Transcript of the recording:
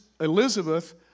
Elizabeth